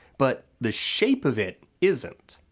but the shape of it isn't.